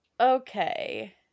okay